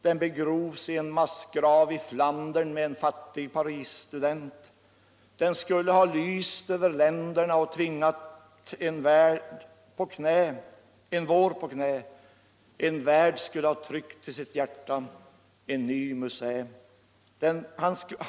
Den blev kvar i en dröm i Montmartre hos en fattig parisstudent. Den skulle ha lyst över länderna och tvingat en vår på knä, och en värld skulle tryckt till sitt hjärta en ny, en ny Musset.